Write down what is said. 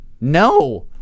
No